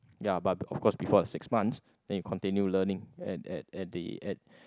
ya but of course before the six months then you continue learning at at at the at